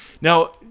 Now